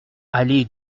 allée